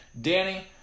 Danny